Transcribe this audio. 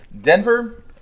Denver